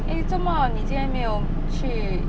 eh 做么你今天没有去